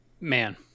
Man